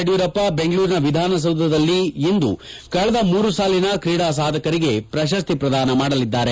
ಯಡಿಯೂರಪ್ಪ ಬೆಂಗಳೂರಿನ ವಿಧಾನಸೌಧದಲ್ಲಿ ಇಂದು ಕಳಿದ ಮೂರು ಸಾಲಿನ ಕ್ರೀಡಾ ಸಾಧಕರಿಗೆ ಪ್ರಶಸ್ತಿ ಪ್ರದಾನ ಮಾಡಲಿದ್ದಾರೆ